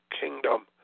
kingdom